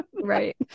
Right